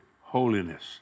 Holiness